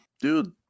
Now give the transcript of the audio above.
Dude